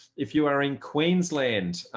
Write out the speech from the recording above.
if you are in queensland,